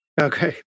Okay